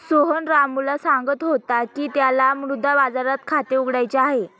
सोहन रामूला सांगत होता की त्याला मुद्रा बाजारात खाते उघडायचे आहे